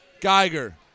Geiger